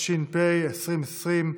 התש"ף 2020,